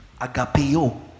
Agapeo